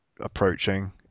approaching